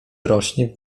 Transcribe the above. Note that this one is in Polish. rośnie